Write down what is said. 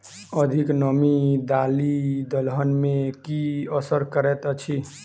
अधिक नामी दालि दलहन मे की असर करैत अछि?